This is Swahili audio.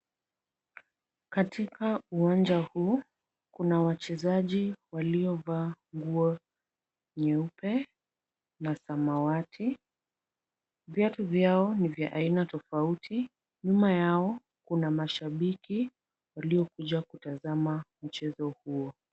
Katika uwanja huu, kuna wachezaji waliovaa nguo nyeupe na samawati. Viatu vyao ni vya aina tofauti. Nyuma yao kuna mashabiki waliokuja kutazama mchezo huo.